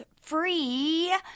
free